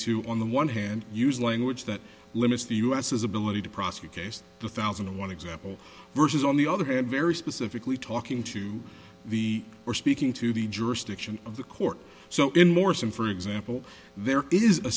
to on the one hand use language that limits the u s his ability to prosecute cases the thousand and one example versus on the other hand very specifically talking to the we're speaking to the jurisdiction of the court so in morrison for example there is a